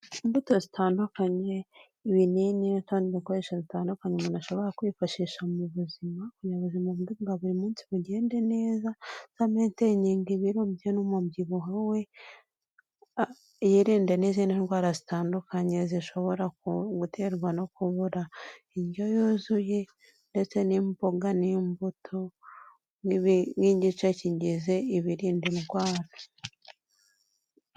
Imbuto zitandukanye, ibinini n'utundi dukoreshasho dutandukanye umuntu ashobora kwifashisha mu buzima, kugira ngo buzima bwe bwa buri munsi bugende neza ameteyininge ibirobye n'umubyibuho we yirinda n'izindi ndwara zitandukanye zishobora guterwa no kubura indyo yuzuye ndetse n'imboga n'imbuto nk'igice kigize ibirinda indwara.